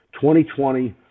2020